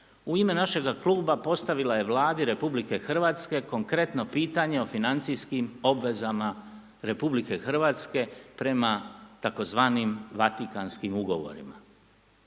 u ime našega kluba postavila je Vladi RH konkretno pitanje o financijskim obvezama RH prema tzv. Vatikanskim ugovorima.